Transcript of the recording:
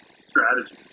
strategy